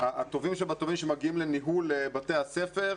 הטובים בטובים שמגיעים לניהול בתי הספר,